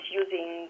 using